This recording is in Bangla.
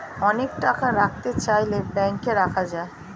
অনেক টাকা রাখতে চাইলে ব্যাংকে রাখা যায়